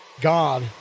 God